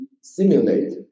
simulate